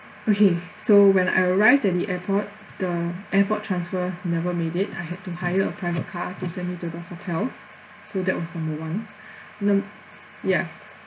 okay so when I arrived at the airport the airport transfer never made it I had to hire a private car to send me to the hotel so that was number one num~ ya